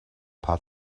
paar